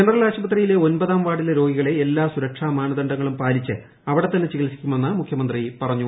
general ആശുപത്രിയില്ലെ ്ഒൻപതാം വാർഡിലെ രോഗികളെ എല്ലാ സുരക്ഷാ മാനദണ്ഡങ്ങളും പാലിച്ച് അവിടെത്തന്നെ ചികിത്സിക്കുമെന്ന് മുഖ്യമന്ത്രി പറഞ്ഞു